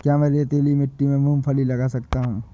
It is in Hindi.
क्या मैं रेतीली मिट्टी में मूँगफली लगा सकता हूँ?